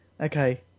Okay